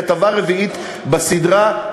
כתבה רביעית בסדרה,